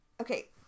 Okay